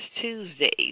Tuesdays